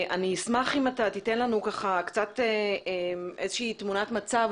אני אשמח אם אתה תיתן לנו איזושהי תמונת מצב.